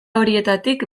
horietatik